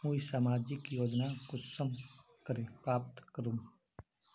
मुई सामाजिक योजना कुंसम करे प्राप्त करूम?